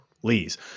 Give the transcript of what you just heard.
please